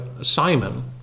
Simon